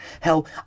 Hell